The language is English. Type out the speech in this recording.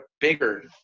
bigger